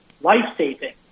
life-saving